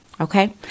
Okay